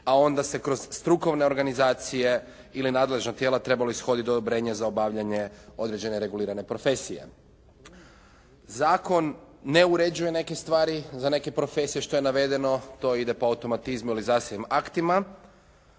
a onda se kroz strukovne organizacije ili nadležna tijela trebali su ishoditi odobrenje za obavljanje određene regulirane profesije. Zakon ne uređuje neke stvari za neke profesije. Što je navedeno to ide po automatizmu ili zasebnim aktima.